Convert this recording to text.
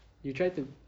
you try to